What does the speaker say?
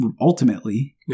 ultimately